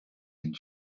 and